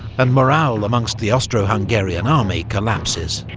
and morale amongst the austro-hungarian army collapses.